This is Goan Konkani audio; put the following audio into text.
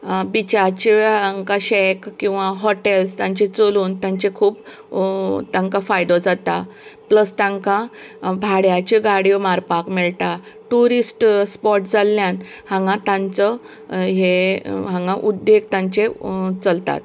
बिचांचे हांका शेक किंवां हॉटेल्स तांचे चलून तांचे खूब तांकां फायदो जाता प्लस तांकां भाड्याच्यो गाडयो मारपाक मेळटात टुरिस्ट स्पोट जाल्ल्यान हांगा तांचो हे हांगा उद्देग तांचे चलतात